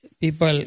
people